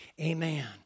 amen